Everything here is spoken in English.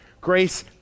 Grace